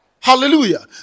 Hallelujah